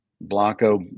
Blanco